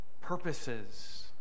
purposes